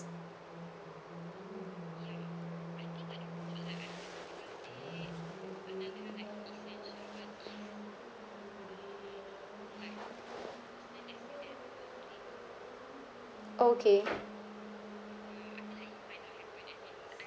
okay